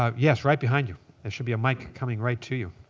um yes, right behind you. there should be a mic coming right to you.